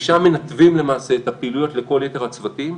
משם מנתבים למעשה את הפעילויות לכל יתר הצוותים,